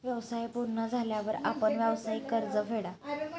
व्यवसाय पूर्ण झाल्यावर आपण व्यावसायिक कर्ज फेडा